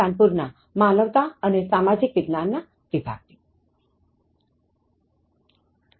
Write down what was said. કાનપુર ના માનવતા અને સામાજિક વિજ્ઞાન ના વિભાગ થી